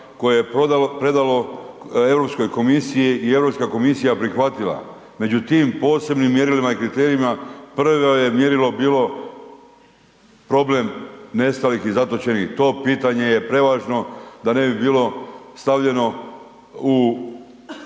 koje je predalo Europskoj komisiji i Europska komisija prihvatila. Među tim posebnim mjerilima i kriterijima prvo je mjerilo bilo problem nestalih i zatočenih, to pitanje je prevažno da ne bi bilo stavljeno u